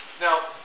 Now